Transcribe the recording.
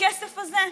לכסף הזה.